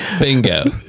Bingo